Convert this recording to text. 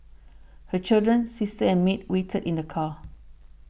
her children sister and maid waited in the car